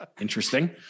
interesting